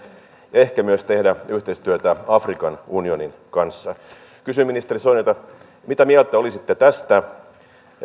ehkä myös tehdä yhteistyötä afrikan unionin kanssa kysyn ministeri soinilta mitä mieltä te olisitte tästä